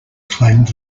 claimed